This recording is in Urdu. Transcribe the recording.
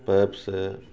پیپ سے